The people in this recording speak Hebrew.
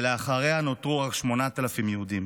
ואחריו נותרו רק 8,000 יהודים.